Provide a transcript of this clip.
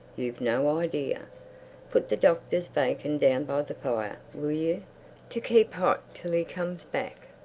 you've no idea put the doctor's bacon down by the fire, will you to keep hot till he comes back.